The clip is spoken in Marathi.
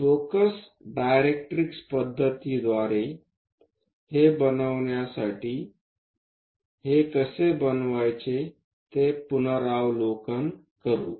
फोकस डायरेक्ट्रिक्स पद्धतद्वारे हे बनवण्यासाठी हे कसे बनवायचे ते पुनरावलोकन करू